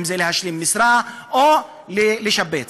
אם להשלים משרה או לשבץ.